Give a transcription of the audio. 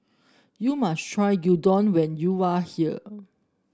you must try Gyudon when you are here